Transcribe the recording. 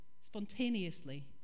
spontaneously